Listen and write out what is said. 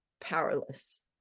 powerless